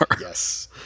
Yes